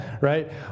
right